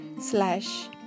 slash